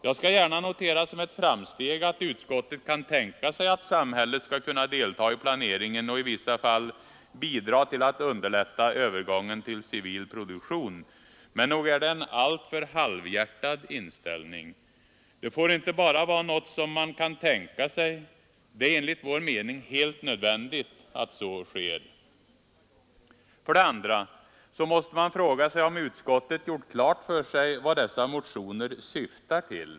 Jag skall gärna notera som ett framsteg att utskottet nu kan tänka sig att samhället skall delta i planeringen och i vissa fall bidra till att underlätta övergången till civil produktion, men nog är det en alltför halvhjärtad inställning. Det får inte bara vara något som man kan tänka sig, utan det är enligt vår mening helt nödvändigt att så sker. Vidare måste man fråga sig om utskottet gjort klart för sig vad dessa motioner syftar till.